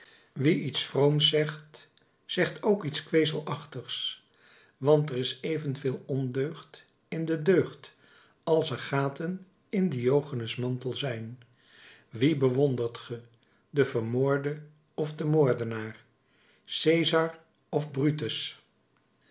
wie iets vrooms zegt zegt ook iets kwezelachtigs want er is evenveel ondeugd in de deugd als er gaten in diogenes mantel zijn wien bewondert ge den vermoorde of den moordenaar cesar of brutus